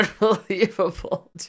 unbelievable